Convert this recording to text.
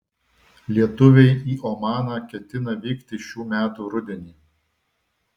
lietuviai į omaną ketina vykti šių metų rudenį